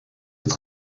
het